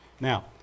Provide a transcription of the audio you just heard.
Now